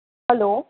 hello